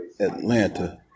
atlanta